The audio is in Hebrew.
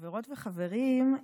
חברות וחברים,